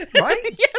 right